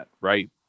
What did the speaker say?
right